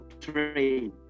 train